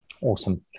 Awesome